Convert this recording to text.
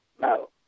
no